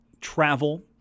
travel